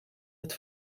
het